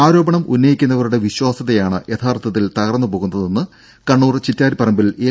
ആരോപണം ഉന്നയിക്കുന്നവരുടെ വിശ്വാസ്യതയാണ് യഥാർത്ഥത്തിൽ തകരുന്നതെന്ന് കണ്ണൂർ ചിറ്റാരിപ്പറമ്പിൽ എൽ